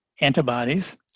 antibodies